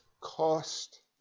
cost